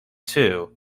too